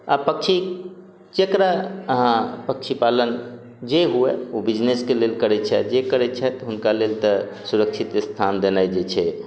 आ पक्षी जेकरा अहाँ पक्षी पालन जे हुए ओ बिजनेसके लेल करै छथि जे करै छथि हुनका लेल तऽ सुरक्षित स्थान देनाइ जे छै